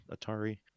Atari